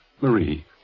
Marie